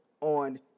on